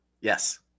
Yes